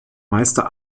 meister